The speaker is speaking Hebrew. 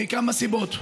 מכמה סיבות.